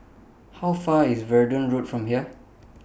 How Far IS Verdun Road from here